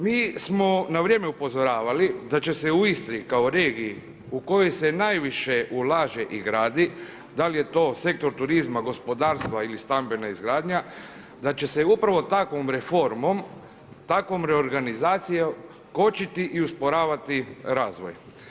Mi smo na vrijeme upozoravali da će se u Istri kao u regiji u kojoj se najviše ulaže i gradi, da li je to sektor turizma, gospodarstva ili stambena izgradnja, da će se upravo takvom reformom, takvom reorganizacijom kočiti i usporavati razvoj.